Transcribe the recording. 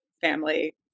family